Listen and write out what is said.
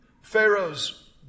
Pharaoh's